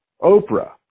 Oprah